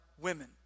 women